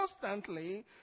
constantly